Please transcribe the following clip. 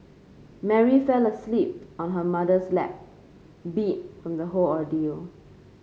Mary fell asleep on her mother's lap beat from the whole ordeal